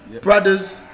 Brothers